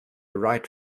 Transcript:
write